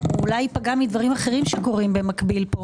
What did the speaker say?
אולי ייפגע מדברים אחרים שקורים במקביל פה.